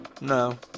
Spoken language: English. no